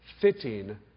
fitting